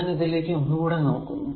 ഞാൻ ഇതിലേക്ക് ഒന്നുകൂടെ നോക്കുന്നു